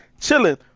chilling